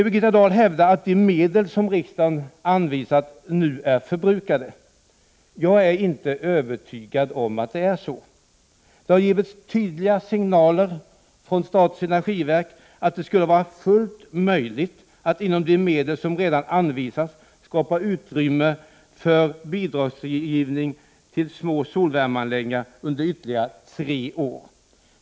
Birgitta Dahl hävdar att de medel som riksdagen anvisat nu är förbrukade. Jag är inte övertygad om att det är så. Det har givits tydliga signaler från statens energiverk om att det skulle vara fullt möjligt att med de medel som redan är anvisade skapa utrymme för bidrag till små solvärmeanläggningar under ytterligare tre år.